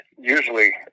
usually